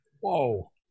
Whoa